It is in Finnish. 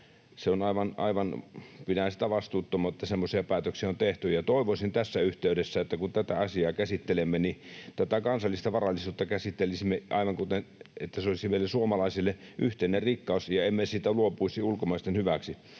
Pidän vastuuttomana, että semmoisia päätöksiä on tehty. Ja toivoisin tässä yhteydessä, että kun tätä asiaa käsittelemme, niin tätä kansallista varallisuutta käsittelisimme siten, että se on meille suomalaisille yhteinen rikkaus ja emme siitä luopuisi ulkomaisten hyväksi.